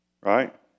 Right